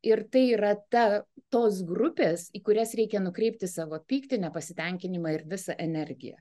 ir tai yra ta tos grupės į kurias reikia nukreipti savo pyktį nepasitenkinimą ir visą energiją